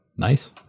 nice